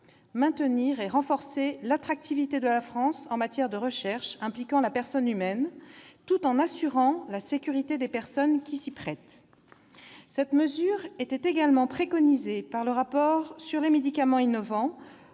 maintenir et renforcer l'attractivité de la France en matière de recherche impliquant la personne humaine tout en assurant la sécurité des personnes qui s'y prêtent. Cette mesure était également préconisée par le rapport sur les médicaments innovants,